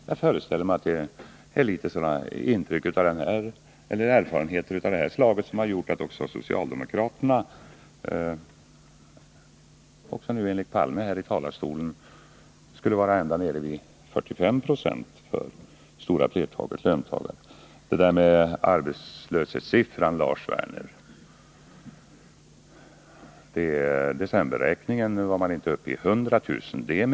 Jag föreställer mig att det är erfarenheter av det här slaget som har gjort att socialdemokraterna enligt Olof Palme här i talarstolen nu skulle vara ända nere vid 45 90 marginalskatt för det stora flertalet löntagare. Vad arbetslöshetssiffran beträffar, Lars Werner, var man i decemberräkningen inte uppe i 100 000.